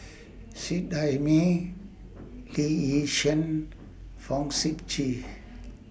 Seet Ai Mee Lee Yi Shyan Fong Sip Chee